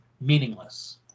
meaningless